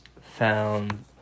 found